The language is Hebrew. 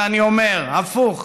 ואני אומר: הפוך,